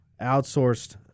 outsourced